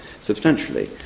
substantially